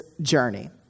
journey